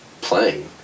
playing